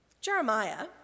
Jeremiah